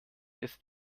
ist